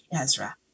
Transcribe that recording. Ezra